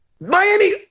Miami